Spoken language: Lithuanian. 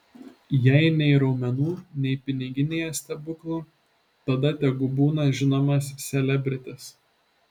jei nei raumenų nei piniginėje stebuklų tada tegu būna žinomas selebritis